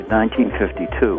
1952